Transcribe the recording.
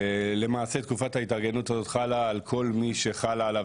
למעשה תקופת ההתארגנות הזאת חלה על כל מי שחלה עליו